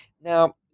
Now